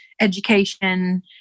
education